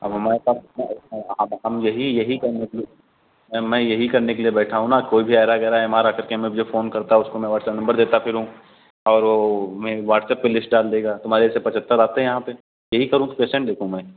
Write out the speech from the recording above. अब हमारे पास इतना अब हम यही यही करने के लिए मैं मैं यही करने के लिए बैठा हूँ ना कोई भी ऐरा गैरा एम आर आकर के हमें फ़ोन करता है उसको मैं वट्सअप नम्बर देता फिरूँ और वो मेरी वाट्सअप पर लिस्ट डाल देगा तुम्हारे जैसे पचहत्तर आते हैं यहाँ पर यही करूँ कि पेशेन्ट देखूँ मैं